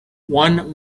one